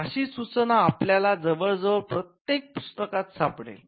अशी सूचना आपल्याला जवळजवळ प्रत्येक पुस्तकात सापडेल